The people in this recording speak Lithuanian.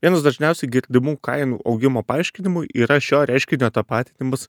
vienas dažniausiai girdimų kainų augimo paaiškinimų yra šio reiškinio tapatinimas